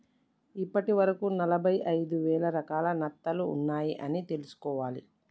ఇప్పటి వరకు ఎనభై ఐదు వేల రకాల నత్తలు ఉన్నాయ్ అని తెలుసుకోవాలి